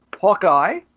Hawkeye